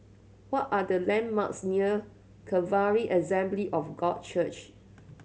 what are the landmarks near Calvary Assembly of God Church